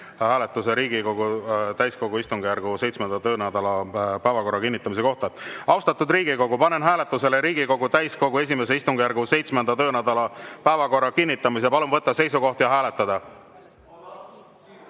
hääletuse Riigikogu täiskogu [I] istungjärgu 7. töönädala päevakorra kinnitamise kohta. Austatud Riigikogu, panen hääletusele Riigikogu täiskogu I istungjärgu 7. töönädala päevakorra kinnitamise. Palun võtta seisukoht ja hääletada! Siim